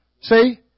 See